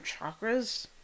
chakras